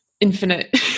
infinite